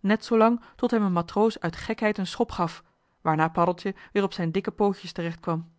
net zoolang tot hem een matroos uit gekheid een schop gaf waarna paddeltje weer op z'n dikke pootjes terecht kwam